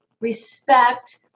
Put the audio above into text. respect